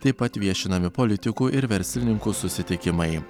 taip pat viešinami politikų ir verslininkų susitikimai